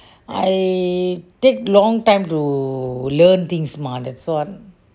I take long time to learn things mah that's all